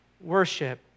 worship